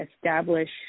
establish